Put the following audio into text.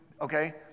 okay